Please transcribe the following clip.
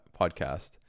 podcast